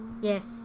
Yes